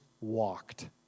walked